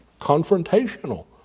confrontational